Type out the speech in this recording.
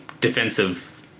defensive